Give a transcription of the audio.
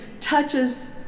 touches